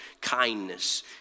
kindness